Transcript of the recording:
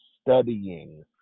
studying